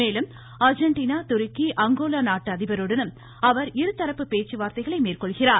மேலும் அர்ஜென்டினா துருக்கி அங்கோலா நாட்டு அதிபருடனும் அவர் இருதரப்பு பேச்சுவார்த்தைகளை மேற்கொள்கிறார்